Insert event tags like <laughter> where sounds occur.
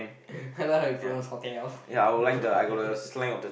I like how you pronounce hotel <laughs>